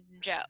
Joe